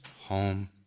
home